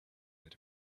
that